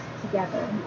together